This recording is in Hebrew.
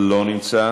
אינו נוכח,